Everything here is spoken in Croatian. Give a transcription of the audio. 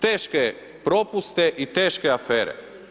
Teške propuste i teške afere.